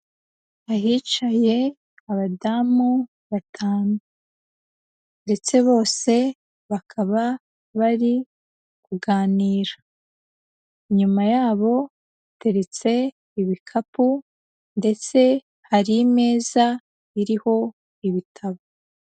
Ahicaye abadamu batanu, ndetse bose bakaba bari kuganira. Inyuma yabo hateretse ibikapu, ndetse hari imeza iriho ibitabo.